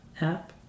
app